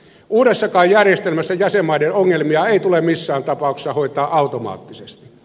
uudessakaan järjestelmässä jäsenmaiden ongelmia ei tule missään tapauksessa hoitaa automaattisesti